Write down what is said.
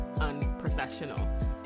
unprofessional